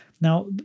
Now